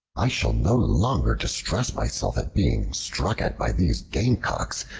i shall no longer distress myself at being struck at by these gamecocks,